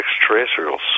extraterrestrials